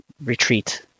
retreat